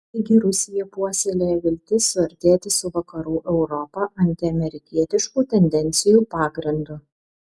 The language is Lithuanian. taigi rusija puoselėja viltis suartėti su vakarų europa antiamerikietiškų tendencijų pagrindu